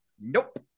Nope